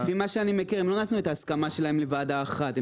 לפי מה שאני מכיר הם לא נתנו את ההסכמה שלהם לוועדה אחת.